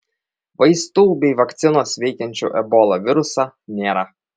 vaistų bei vakcinos veikiančių ebola virusą nėra